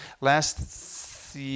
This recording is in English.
Last